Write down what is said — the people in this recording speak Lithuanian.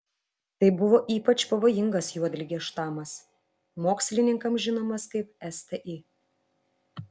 tai buvo ypač pavojingas juodligės štamas mokslininkams žinomas kaip sti